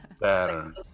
pattern